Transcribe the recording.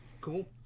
Cool